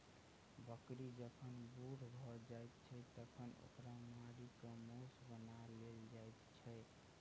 बकरी जखन बूढ़ भ जाइत छै तखन ओकरा मारि क मौस बना लेल जाइत छै